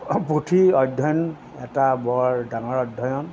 পুথি অধ্যয়ন এটা বৰ ডাঙৰ অধ্যয়ন